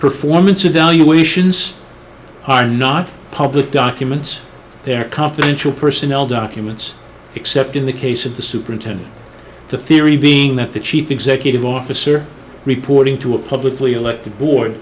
performance evaluations are not public documents their confidential personnel documents except in the case of the superintendent the theory being that the chief executive officer reporting to a publicly elected